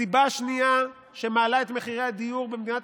הסיבה השנייה שמעלה את מחירי הדיור במדינת